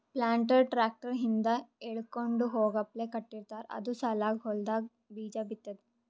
planter tractor ಹಿಂದ್ ಎಳ್ಕೊಂಡ್ ಹೋಗಪ್ಲೆ ಕಟ್ಟಿರ್ತಾರ್ ಅದು ಸಾಲಾಗ್ ಹೊಲ್ದಾಗ್ ಬೀಜಾ ಬಿತ್ತದ್